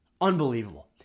unbelievable